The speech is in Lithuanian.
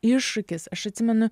iššūkis aš atsimenu